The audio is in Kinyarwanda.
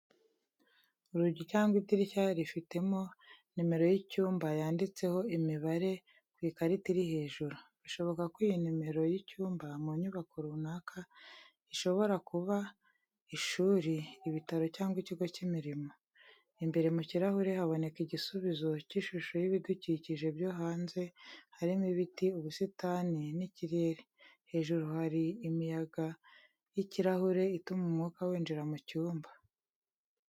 Urugi cyangwa idirishya rifite nimero y’icyumba yanditseho imibare ku ikarita iri hejuru. Bishoboka ko iyi ari nimero y’icyumba mu nyubako runaka, ishobora kuba ishuri, ibitaro cyangwa ikigo cy’imirimo. Imbere mu kirahure haboneka igisubizo cy’ishusho y’ibidukikije byo hanze, harimo ibiti, ubusitani n’ikirere. Hejuru hari imiyaga y’ikirahure ituma umwuka winjira mu cyumba.